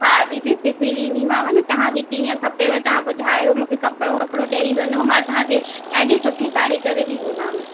हा दीदी सिबी ॾींदीमांव न तव्हांखे कीअं खपेव तव्हां ॿुधायो मूंखे कपिड़ो वपड़ो ॾेई वञो मां तव्हांखे ॾाढी सुठी साड़ी करे ॾींदीमांव